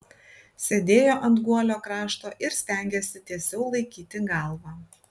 sėdėjo ant guolio krašto ir stengėsi tiesiau laikyti galvą